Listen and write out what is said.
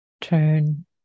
turn